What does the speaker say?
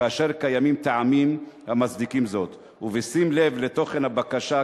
כאשר קיימים טעמים המצדיקים זאת ובשים לב לתוכן הבקשה.